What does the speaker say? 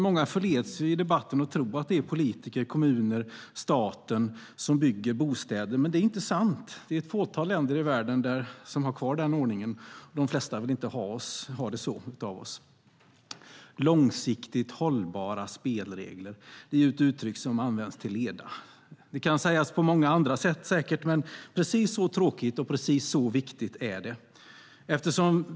Många förleds i debatten att tro att det är politiker, kommuner eller staten som bygger bostäder, men det är inte sant. Det är ett fåtal länder i världen som har kvar den ordningen, och de flesta av oss vill inte ha det så. Långsiktigt hållbara spelregler är ju ett uttryck som används till leda. Det kan säkert sägas på många andra sätt, men det är precis så tråkigt och precis så viktigt som det låter.